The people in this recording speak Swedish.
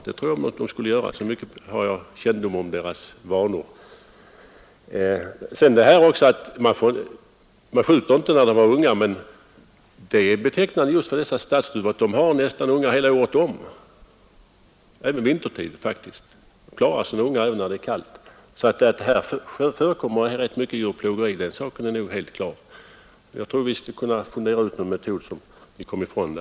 Det tror jag nämligen att de skulle göra — så mycket kännedom har jag om deras vanor. Sedan är det en annan sak också. Man skjuter inte duvor när de har ungar, säger jordbruksministern, men betecknande för dessa stadsduvor är att de har ungar nästan hela året — även vintertid; de klarar sina ungar även när det är kallt. Här förekommer det mycket djurplågeri, den saken är helt klar, men jag tror nog att vi skulle kunna fundera ut någon metod för att slippa ifrån det.